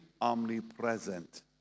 omnipresent